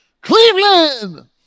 Cleveland